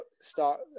start